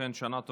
אכן שנה טובה.